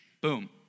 boom